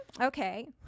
Okay